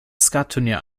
skattunier